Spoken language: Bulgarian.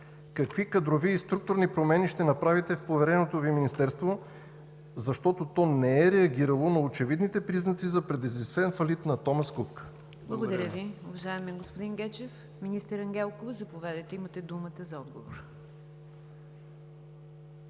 Какви кадрови и структурни промени ще направите в повереното Ви Министерство, защото то не е реагирало на очевидните признаци за предизвестен фалит на „Томас Кук“? ПРЕДСЕДАТЕЛ НИГЯР ДЖАФЕР: Благодаря Ви, уважаеми господин Гечев. Министър Ангелкова, заповядайте, имате думата за отговор.